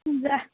যাহ